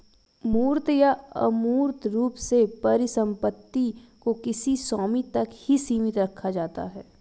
मूर्त या अमूर्त रूप से परिसम्पत्ति को किसी स्वामी तक ही सीमित रखा जाता है